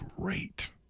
great